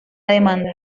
demanda